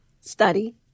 Study